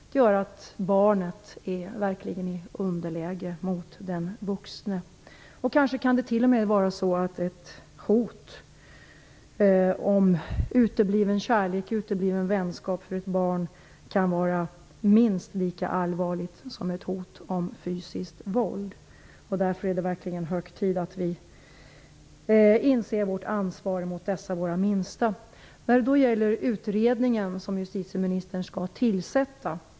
Det gör att barnet verkligen är i underläge mot den vuxne. Det kan kanske t.o.m. vara så att ett hot om utebliven kärlek eller vänskap av ett barn kan upplevas som minst lika allvarligt som ett hot om fysiskt våld. Därför är det verkligen hög tid att vi inser vårt ansvar mot dessa våra minsta. Jag har inga invändningar mot den utredning som justitieministern skall tillsätta.